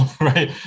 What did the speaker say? right